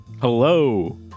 hello